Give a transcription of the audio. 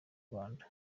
rwanda